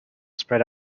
spread